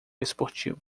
esportivo